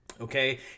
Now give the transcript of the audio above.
Okay